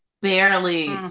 barely